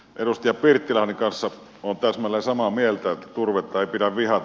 edustaja pirttilahden kanssa olen täsmälleen samaa mieltä että turvetta ei pidä vihata